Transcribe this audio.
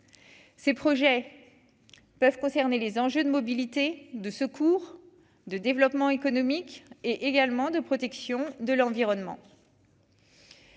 ces projets peuvent concerner les enjeux de mobilité de secours de développement économique et également de protection de l'environnement.